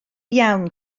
iawn